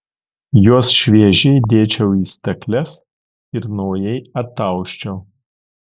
juos šviežiai dėčiau į stakles ir naujai atausčiau